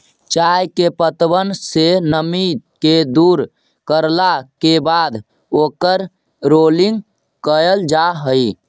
चाय के पत्तबन से नमी के दूर करला के बाद ओकर रोलिंग कयल जा हई